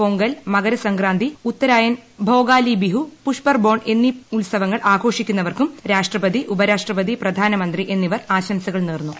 പൊങ്കൽ മകരസംക്രാന്തി ഉത്തരൂിയൻ ഭോഗാലി ബിഹു പുഷ്പർബോൺ എന്നീ ഉത്സവങ്ങൾ ആഘോഷിക്കുന്നവർക്കും രാഷ്ട്രപതി ഉപരാഷ്ട്രപതി പ്രിധാനമന്ത്രി എന്നിവർ ആശംസകൾ നേർന്നു